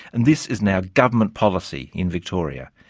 and this is now government policy in victoria.